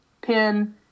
pin